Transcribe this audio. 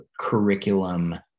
curriculum